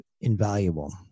invaluable